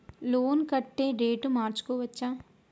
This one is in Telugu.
లోన్ కట్టే డేటు మార్చుకోవచ్చా?